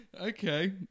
okay